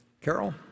Carol